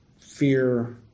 fear